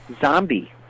zombie